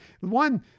one